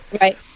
Right